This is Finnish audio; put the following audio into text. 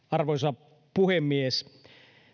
arvoisa puhemies